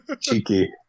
cheeky